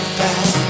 back